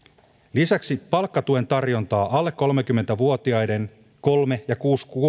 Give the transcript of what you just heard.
lisäksi lisätään palkkatuen tarjontaa alle kolmekymmentä vuotiaiden kolmen ja